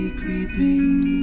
creeping